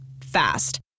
Fast